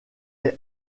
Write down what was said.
est